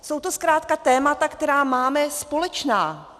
Jsou to zkrátka témata, která máme společná.